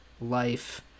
life